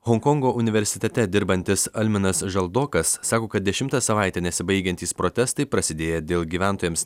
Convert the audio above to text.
honkongo universitete dirbantis alminas žaldokas sako kad dešimtą savaitę nesibaigiantys protestai prasidėję dėl gyventojams